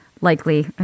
likely